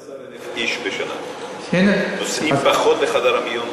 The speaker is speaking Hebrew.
12,000 איש בשנה שנוסעים לחדר המיון.